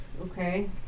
Okay